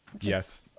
yes